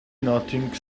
nothing